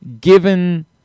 given